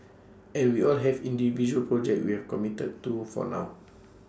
and we all have individual projects we've committed to for now